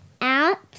out